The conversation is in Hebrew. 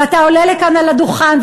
ואתה עולה לכאן לדוכן,